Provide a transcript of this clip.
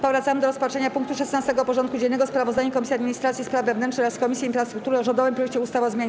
Powracamy do rozpatrzenia punktu 16. porządku dziennego: Sprawozdanie Komisji Administracji i Spraw Wewnętrznych oraz Komisji Infrastruktury o rządowym projekcie ustawy o zmianie